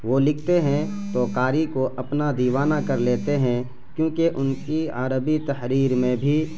وہ لکھتے ہیں تو قاری کو اپنا دیوانہ کر لیتے ہیں کیونکہ ان کی عربی تحریر میں بھی